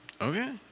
Okay